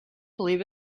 believe